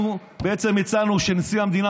אנחנו בעצם הצענו שנשיא המדינה,